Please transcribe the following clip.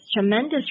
tremendous